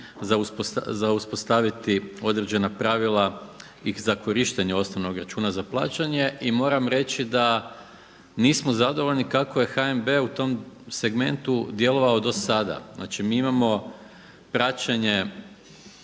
za uspostaviti određena pravila i za korištenje osnovnog računa za plaćanje. I moram reći da nismo zadovoljni kako je HNB u tom segmentu djelovao do sada. Znači mi imamo praćenje